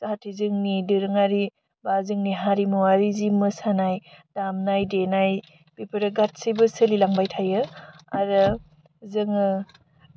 जाहाथे जोंनि दोरोङारि बा जोंनि हारिमुवारि जि मोसानाय दामनाय देनाय बिफोरो गासिबो सोलिलांबाय थायो आरो जोङो